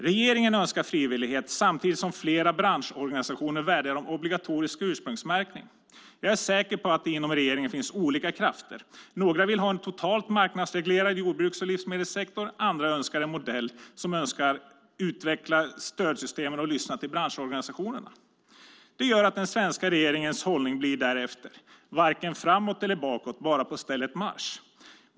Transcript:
Regeringen önskar frivillighet samtidigt som flera branschorganisationer vädjar om obligatorisk ursprungsmärkning. Jag är säker på att det inom regeringen finns olika krafter. Några vill ha en totalt marknadsreglerad jordbruks och livsmedelssektor, andra önskar en modell som utvecklar stödsystemen och lyssnar till branschorganisationerna. Det gör att den svenska regeringens hållning blir därefter, varken framåt eller bakåt, bara på stället marsch.